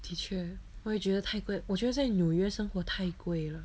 的确我也觉得太贵我觉得在纽约生活太贵了